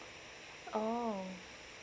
oh